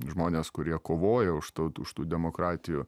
žmonės kurie kovoja už tų už tų demokratijų